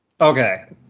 Okay